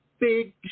big